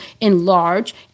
enlarge